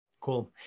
Cool